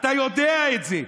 אתה יודע את זה,